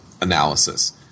analysis